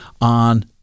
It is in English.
on